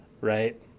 right